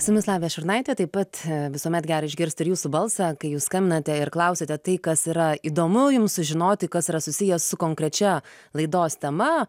su jumis lavija šurnaitė taip pat visuomet gera išgirsti ir jūsų balsą kai jūs skambinate ir klausiate tai kas yra įdomu jums sužinoti kas yra susiję su konkrečia laidos tema